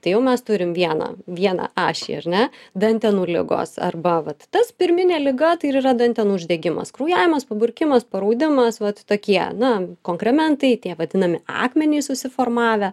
tai jau mes turim vieną vieną ašį ar ne dantenų ligos arba vat tas pirminė liga tai ir yra dantenų uždegimas kraujavimas paburkimas paraudimas vat tokie na konkrementai tie vadinami akmenys susiformavę